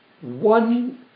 one